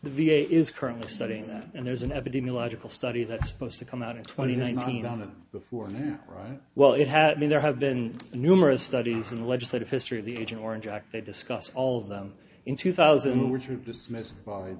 the v a is currently studying that and there's an epidemiological study that's supposed to come out in twenty nine on the before now right well it has been there have been numerous studies on the legislative history of the agent orange act they discussed all of them in two thousand